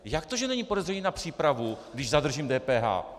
Jak to, že není podezření na přípravu, když zadržím DPH?